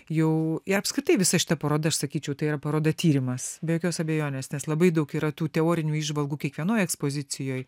jau ir apskritai visa šita paroda aš sakyčiau tai yra paroda tyrimas be jokios abejonės nes labai daug yra tų teorinių įžvalgų kiekvienoj ekspozicijoj